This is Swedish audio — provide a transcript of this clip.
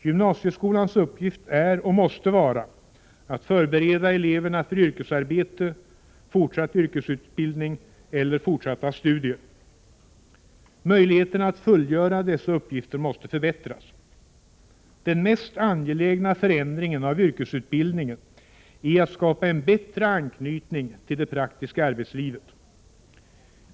Gymnasieskolans uppgift är och måste vara att förbereda eleverna för yrkesarbete, fortsatt yrkesutbildning eller fortsatta studier. Möjligheterna att fullgöra dessa uppgifter måste förbättras. Den mest angelägna förändringen av yrkesutbildningen är att skapa en bättre anknytning till det praktiska arbetslivet.